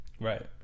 Right